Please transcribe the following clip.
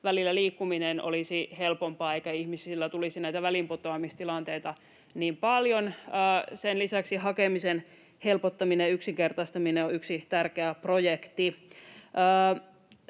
välillä liikkuminen olisi helpompaa eikä ihmisille tulisi näitä väliinputoamistilanteita niin paljon. Sen lisäksi hakemisen helpottaminen ja yksinkertaistaminen on yksi tärkeä projekti.